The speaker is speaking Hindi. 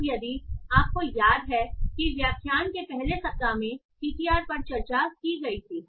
अब यदि आपको याद है कि व्याख्यान के पहले सप्ताह में टीटीआर पर चर्चा की गई थी